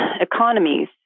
economies